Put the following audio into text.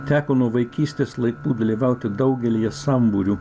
teko nuo vaikystės laikų dalyvauti daugelyje sambūrių